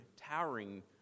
towering